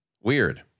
Weird